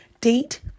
date